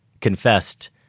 confessed